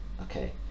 okay